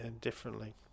differently